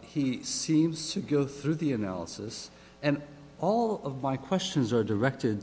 he seems to go through the analysis and all of my questions are directed